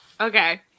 Okay